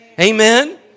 Amen